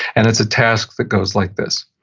and it's a task that goes like this.